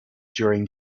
during